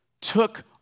took